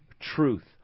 truth